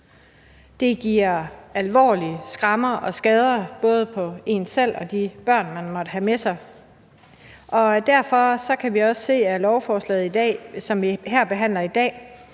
Det giver alvorlige skrammer og skader både hos en selv og hos de børn, man måtte have med sig. Derfor kan vi også se, at lovforslaget, som vi behandler i dag,